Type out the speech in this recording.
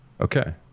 Okay